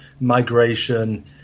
migration